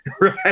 Right